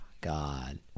God